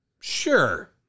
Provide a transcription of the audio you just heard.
Sure